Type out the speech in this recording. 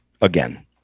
again